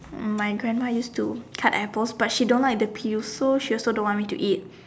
um my grandma used to cut apples but she don't like the peels so she also don't want me to eat